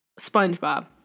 SpongeBob